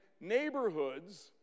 neighborhoods